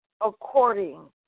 according